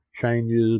changes